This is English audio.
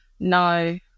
no